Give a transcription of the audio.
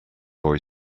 boy